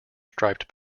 striped